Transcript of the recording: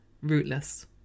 Rootless